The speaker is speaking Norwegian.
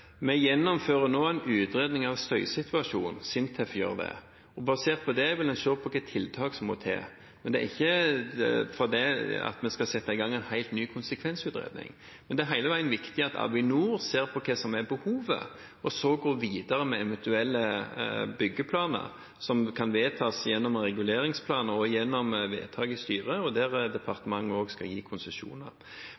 Vi gjennomfører nå en utredning av støysituasjonen – SINTEF gjør det. Basert på det vil en se på hvilke tiltak som må til. Men det gis ikke ut fra det at vi skal sette i gang en helt ny konsekvensutredning. Men det er hele veien viktig at Avinor ser på hva som er behovet, og går videre med eventuelle byggeplaner, som kan vedtas gjennom reguleringsplaner og gjennom vedtak i styret.